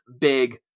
big